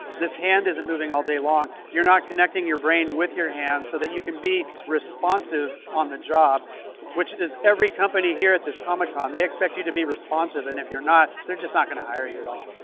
this hand isn't moving all day long, you're not connecting your brain with your hand so that you can be responsive on the job which is every company here at this comic-con. they expect you to be responsive and if you're not, they're just not gonna hire you at all.